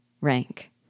Rank